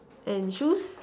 and shoes